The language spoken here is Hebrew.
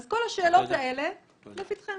אז כל השאלות האלה הם לפתחכם.